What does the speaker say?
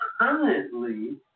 Currently